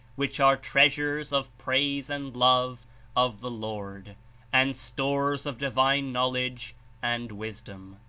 which are treasures of praise and love of the lord and stores of divine knowledge and wisdom.